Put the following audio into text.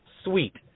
sweet